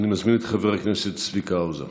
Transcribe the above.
אני מזמין את חבר הכנסת צביקה האוזר.